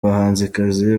bahanzikazi